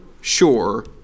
sure